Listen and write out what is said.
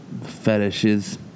fetishes